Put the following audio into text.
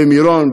במירון,